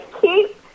keep